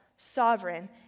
Sovereign